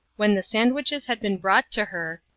when the sandwiches had been brought to her,